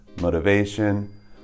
motivation